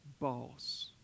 boss